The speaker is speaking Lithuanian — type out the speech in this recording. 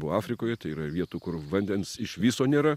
buvau afrikoje tai yra vietų kur vandens iš viso nėra